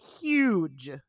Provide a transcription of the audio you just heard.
huge